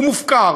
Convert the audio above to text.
הוא מופקר,